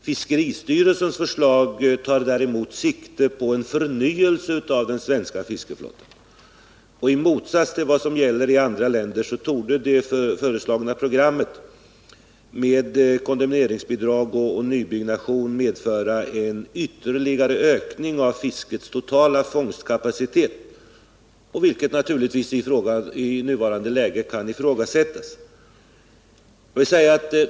Fiskeristyrelsens förslag tar däremot sikte på en förnyelse av den svenska fiskeflottan, och i motsats till vad som gäller i andra länder torde det föreslagna programmet med kondemneringsbidrag och Nr 99 nybyggnation medföra en ytterligare ökning av fiskets totala fångstkapacitet, vilket naturligtvis i nuvarande läge kan ifrågasättas.